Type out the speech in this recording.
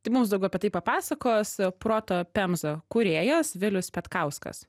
tai mums daugiau apie tai papasakos proto pemza kūrėjas vilius petkauskas